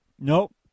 Nope